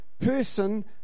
person